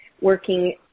working